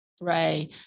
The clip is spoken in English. Right